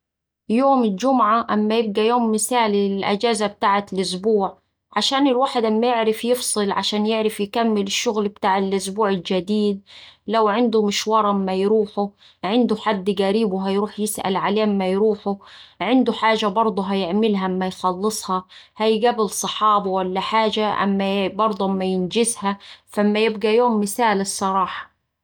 يوم الجمعة أما يبقا يوم مثالي للأجازة بتاعة الأسبوع عشان الواحد أما يعرف يفصل عشان يعرف يكمل الشغل بتاع الأسبوع الجديد. لو عنده مشوار أما يروحه، عنده حد قريبه هيروح يسأل عليه أما يروحه، عنده حاجة برده هيعملها أما يخلصها، هيقابل أصحابه ولا حاجة أما برده أما ينجزها، فأما يبقا يوم مثالي الصراحة